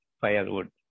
firewood